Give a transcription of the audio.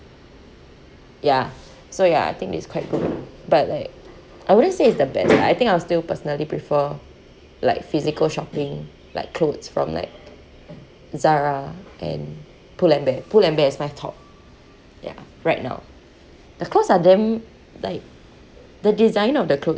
ya so ya I think it's quite good but like I wouldn't say it's the best I think I still personally prefer like physical shopping like clothes from like zara and pull and bear pull and bear is my top ya right now the clothes are damn like the design of the clothes